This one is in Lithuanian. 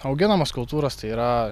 auginamos kultūros tai yra